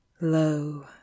Lo